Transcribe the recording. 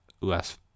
less